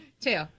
Two